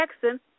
Jackson